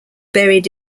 buried